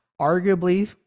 arguably